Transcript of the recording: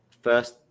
first